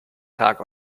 tag